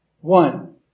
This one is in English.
one